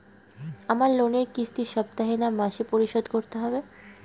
আমার লোনের কিস্তি সপ্তাহে না মাসে পরিশোধ করতে হবে?